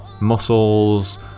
Muscles